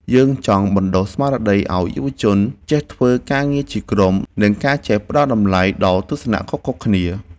យើងចង់បណ្ដុះស្មារតីឱ្យយុវជនចេះធ្វើការងារជាក្រុម និងការចេះផ្ដល់តម្លៃដល់ទស្សនៈខុសគ្នាៗ។